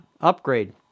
upgrade